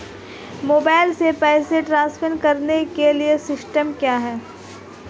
Mobile से पैसे transfer करने के लिए सिस्टम क्या है?